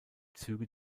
züge